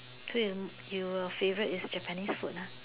to you your favourite is Japanese food nah